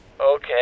Okay